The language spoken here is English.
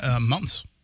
months